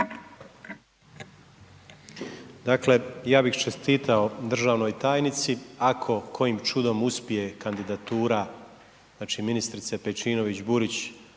Dakle, ja bih čestitao državnoj tajnici ako kojim čudom uspije kandidatura, znači, ministrice Pejčinović-Burić